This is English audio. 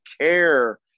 care